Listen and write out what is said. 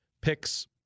picks